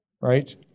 right